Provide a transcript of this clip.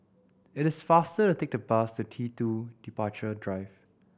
it is faster to take the bus to T Two Departure Drive